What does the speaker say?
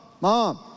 mom